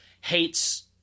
hates